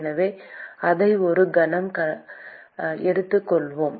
எனவே அதை ஒரு கணம் எடுத்துக்கொள்வோம்